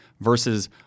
versus